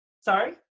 Sorry